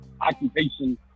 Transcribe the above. occupation